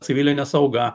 civilinė sauga